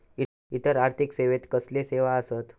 इतर आर्थिक सेवेत कसले सेवा आसत?